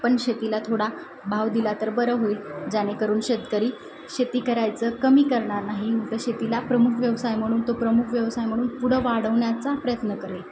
पण शेतीला थोडा भाव दिला तर बरं होईल जेणेकरून शेतकरी शेती करायचं कमी करणार नाही उलटं शेतीला प्रमुख व्यवसाय म्हणून तो प्रमुख व्यवसाय म्हणून पुढं वाढवण्याचा प्रयत्न करेल